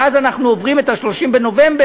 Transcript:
ואז אנחנו עוברים את 30 בנובמבר,